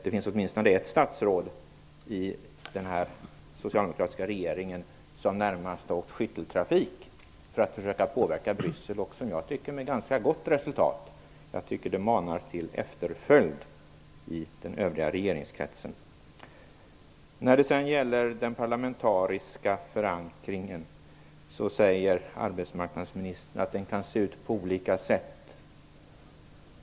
Det finns åtminstone ett statsråd i den socialdemokratiska regeringen som närmast åkt i skytteltrafik till Bryssel för att försöka påverka Bryssel - med ganska gott resultat, tycker jag. Det manar till efterföljd i den övriga regeringskretsen. Den parlamentariska förankringen, säger arbetsmarknadsministern, kan se ut på olika sätt.